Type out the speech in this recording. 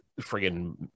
friggin